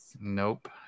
Nope